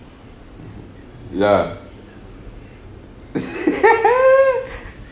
ya